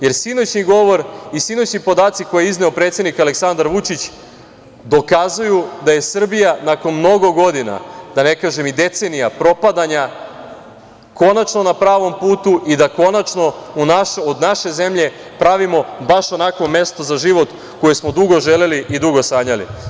Jer, sinoćni govor i sinoćni podaci koje je izneo predsednik Aleksandar Vučić, dokazuju da je Srbija nakon mnogo godina, da ne kažem i decenija, propadanja, konačno na pravom putu i da konačno od naše zemlje pravimo baš onakvo mesto za život koje smo dugo želeli i dugo sanjali.